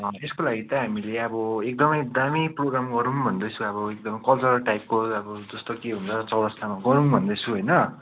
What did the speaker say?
यसको लागि चाहिँ हामीले अब एकदमै दामी प्रोग्राम गरौँ भन्दैछु अब एकदम कल्चरल टाइपको अब एकदम जस्तो कि चौरस्तामा गरौँ भन्दैछु होइन